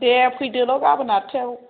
दे फैदोल' गाबोन आठथायाव